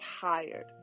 tired